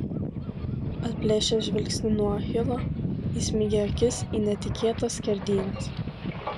atplėšęs žvilgsnį nuo achilo įsmeigė akis į netikėtas skerdynes